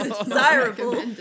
desirable